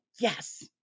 yes